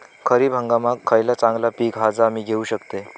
खरीप हंगामाक खयला चांगला पीक हा जा मी घेऊ शकतय?